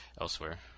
elsewhere